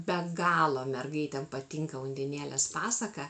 be galo mergaitėm patinka undinėlės pasaka